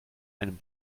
einen